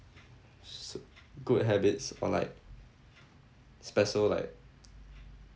s~ good habits or like special like